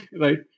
right